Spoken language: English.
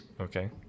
Okay